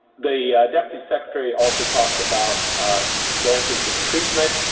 the deputy secretary also talked about advances in treatment.